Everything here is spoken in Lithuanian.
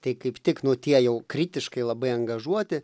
tai kaip tik nu tie jau kritiškai labai angažuoti